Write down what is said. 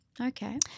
Okay